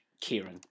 Kieran